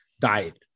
diet